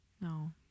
No